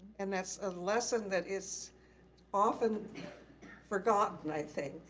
and that's a lesson that is often forgotten, i think,